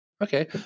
Okay